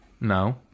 No